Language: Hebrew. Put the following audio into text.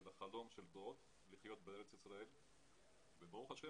של החלום לבוא ולחיות בארץ ישראל וברוך השם